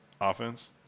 Offense